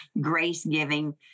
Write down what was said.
grace-giving